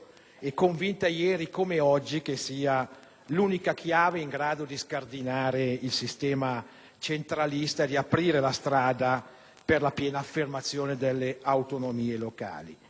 - convinta, ieri come oggi, che sia l'unica chiave in grado di scardinare il sistema centralista ed aprire la strada per la piena affermazione delle autonomie locali.